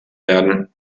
werden